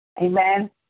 Amen